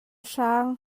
hrang